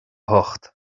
hocht